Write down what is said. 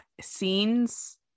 scenes